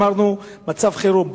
אמרנו שזה מצב חירום.